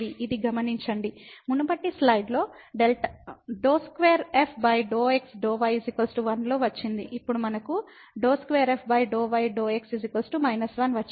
ఇది గమనించండి మునుపటి స్లైడ్ ∂2f ∂ x ∂ y1 లో వచ్చింది ఇప్పుడు మనకు ∂2f ∂ y ∂ x −1 వచ్చింది